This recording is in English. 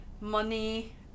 money